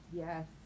yes